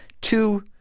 Two-